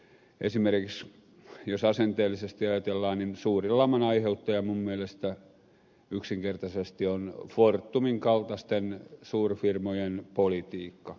tässä budjetissa esimerkiksi jos asenteellisesti ajatellaan niin suurin laman aiheuttaja minun mielestäni yksinkertaisesti on fortumin kaltaisten suurfirmojen politiikka